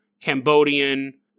Cambodian